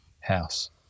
house